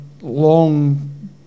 long